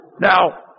Now